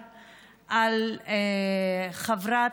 כלומר,